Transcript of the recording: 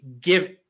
give